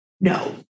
no